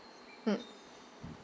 mm